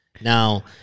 Now